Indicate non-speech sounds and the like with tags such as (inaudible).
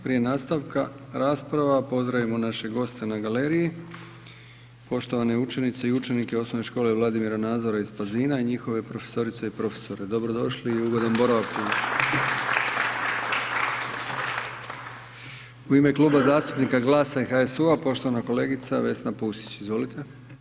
Prije nastavka rasprava, pozdravimo naše goste na galeriji, poštovane učenice i učenike OS Vladimira Nazora iz Pazina i njihove profesorice i profesore, dobrodošli u ugodan boravak. (applause) U ime Kluba zastupnika GLAS-a i HSU-a poštovana kolegica Vesna Pusić, izvolite.